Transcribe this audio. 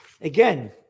Again